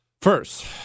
First